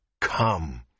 Come